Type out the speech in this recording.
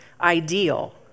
ideal